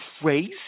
crazy